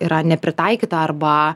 yra nepritaikyta arba